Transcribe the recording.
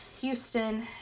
Houston